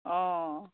অঁ